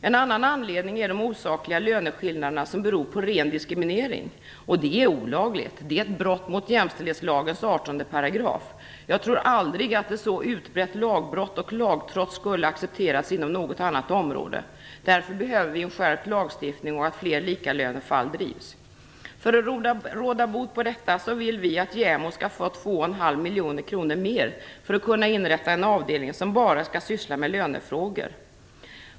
En annan anledning är de osakliga löneskillnader som beror på ren diskriminering, och det är olagligt. Det är ett brott mot jämställdhetslagens 18 §. Jag tror aldrig att ett så utbrett lagbrott och lagtrots skulle accepteras inom något annat område. Därför behövs att lagstiftningen skärps och att fler likalönefall drivs. För att råda bot på detta vill vi i Vänsterpartiet att JämO skall få 2,5 miljoner kronor mer för att kunna inrätta en avdelning som bara skall syssla med lönefrågor.